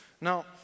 Now